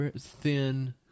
thin